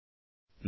நன்றி